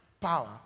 power